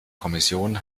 kommission